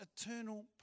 eternal